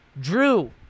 Drew